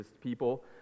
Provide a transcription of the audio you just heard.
people